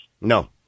No